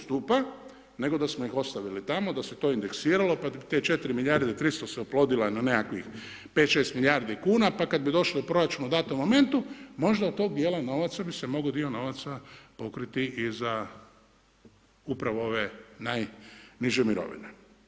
Stupa, nego da smo ih ostavili tamo da se to indeksiralo, pa bi te 4 milijarde 300 se oplodilo na nekakvih 5, 6 milijardi kuna, pa kada bi došle u proračun u datom momentu možda od tog dijela novaca bi se mogao dio novaca pokriti i za upravo ove najniže mirovine.